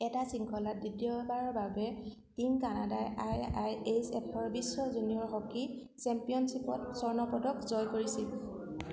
এটা শৃংখলাত দ্বিতীয়বাৰৰ বাবে টীম কানাডাই আই আই এইচ এফ ৰ বিশ্ব জুনিয়ৰ হকী চেম্পিয়নশ্বিপত স্বৰ্ণ পদক জয় কৰিছিল